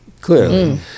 clearly